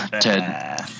Ted